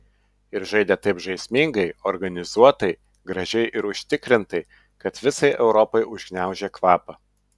ir žaidė taip žaismingai organizuotai gražiai ir užtikrintai kad visai europai užgniaužė kvapą